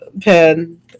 pen